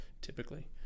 Typically